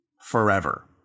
forever